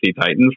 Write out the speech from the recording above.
Titans